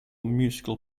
musical